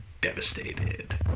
devastated